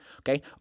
Okay